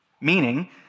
Meaning